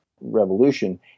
revolution